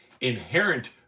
inherent